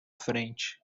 frente